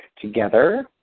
together